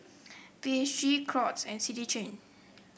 B H G Crocs and City Chain